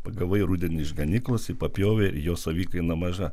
pagavai rudenį iš ganyklos į papjovė ir jo savikaina maža